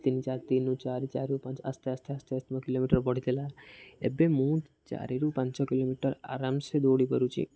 ତିନି ଚାରି ତିନି ଚାରି ଚାରି ପାଞ୍ଚ ଆସ୍ତେ ଆସ୍ତେ ଆସ୍ତେ ଆସ୍ତମ କିଲୋମିଟର ବଢ଼ିଥିଲା ଏବେ ମୁଁ ଚାରିରୁ ପାଞ୍ଚ କିଲୋମିଟର ଆରାମସେ ଦୌଡ଼ିପାରୁଛି